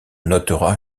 notera